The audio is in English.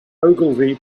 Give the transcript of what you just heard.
ogilvy